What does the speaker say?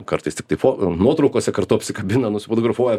kartais tik fo nuotraukose kartu apsikabina nusifotografuoja